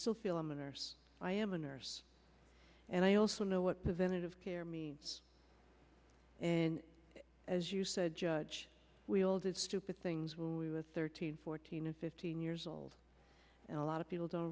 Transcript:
still feel i'm an arse i am a nurse and i also know what preventive care means and as you said judge we all did stupid things when we were thirteen fourteen and fifteen years old and a lot of people don't